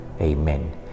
Amen